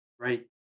right